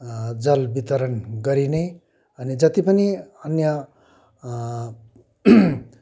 जल वितरण गरिने अनि जति पनि अन्य